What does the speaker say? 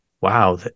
wow